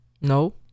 No